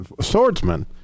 swordsman